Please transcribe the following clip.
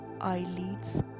eyelids